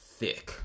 thick